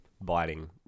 biting